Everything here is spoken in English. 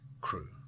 Crew